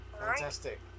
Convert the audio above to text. Fantastic